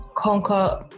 conquer